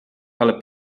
ale